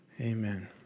amen